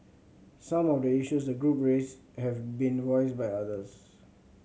some of the issues the group raised have been voiced by others